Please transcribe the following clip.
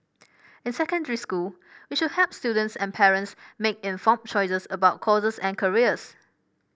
in secondary school we should help students and parents make informed choices about courses and careers